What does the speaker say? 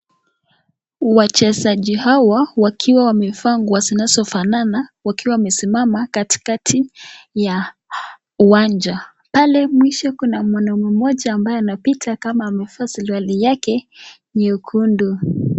Wachezaji hawa wakiwa wamevaa nguo zinazofanana wakiwa wamesimama katikati ya uwanja. Pale mwisho kuna mwanaume mmoja ambaye anapita kama amevaa suti yake nyekundu.